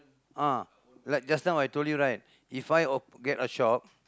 ah like just now I told you right If I op~ get a shop